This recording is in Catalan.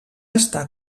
estar